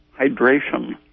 hydration